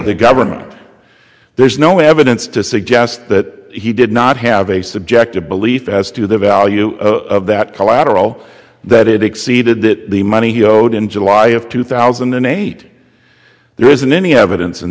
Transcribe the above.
the government there's no evidence to suggest that he did not have a subjective belief as to the value of that collateral that it exceeded that the money he owed in july of two thousand and eight there isn't any evidence